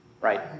Right